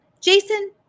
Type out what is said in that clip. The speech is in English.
Jason